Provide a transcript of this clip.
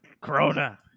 corona